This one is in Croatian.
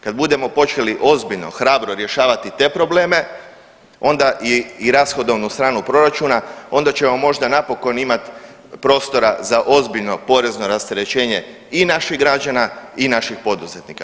Kad budemo ozbiljno, hrabro rješavati te probleme onda i rashodovnu stranu proračuna onda ćemo možda napokon imat prostora za ozbiljno porezno rasterećenje i naših građana i naših poduzetnika.